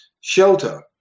shelter